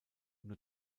nur